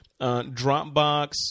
Dropbox